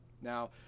Now